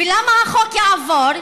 ולמה החוק יעבור?